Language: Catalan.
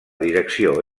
direcció